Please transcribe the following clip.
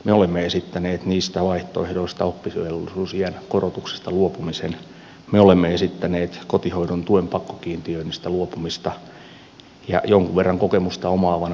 me olemme esittäneet niistä vaihtoehdoista oppivelvollisuusiän korotuksesta luopumisen me olemme esittäneet kotihoidon tuen pakkokiintiöinnistä luopumista ja jonkun verran kokemusta omaavana sanon